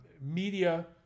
media